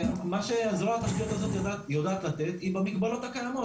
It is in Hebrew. מה שהזרוע תשתיות הזאת יודעת לתת היא במגבלות הקיימות,